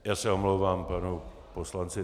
Já se omlouvám panu poslanci